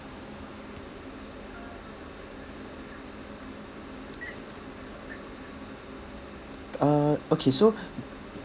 uh okay so